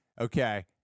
okay